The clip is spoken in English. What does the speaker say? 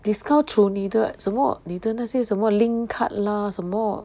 discount through 你的什么你的那些什么 link card lah 什么